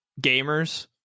gamers